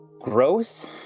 gross